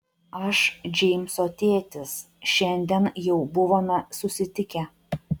aš džeimso tėtis šiandien jau buvome susitikę